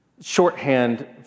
shorthand